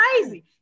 crazy